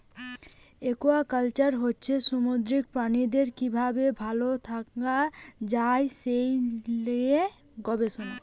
aquaculture হচ্ছে সামুদ্রিক প্রাণীদের কি ভাবে ভাল থাকা যায় সে লিয়ে গবেষণা